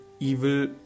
evil